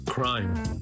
Crime